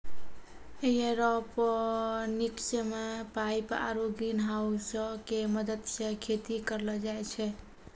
aeroponics मे pipe आरु ग्रीनहाउसो के मदत से खेती करलो जाय छै